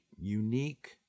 unique